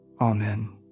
Amen